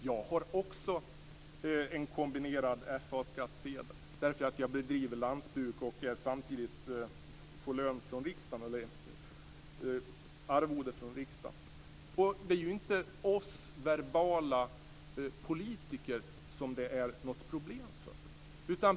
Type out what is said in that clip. Jag har också en kombinerad FA-skattsedel därför att jag bedriver lantbruk och samtidigt får arvode från riksdagen. Det är inte för oss verbala politiker som det är något problem.